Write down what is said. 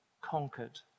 conquered